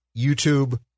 youtube